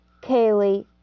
Kaylee